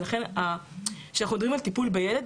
לכן כשאנחנו מדברים על טיפול בילד,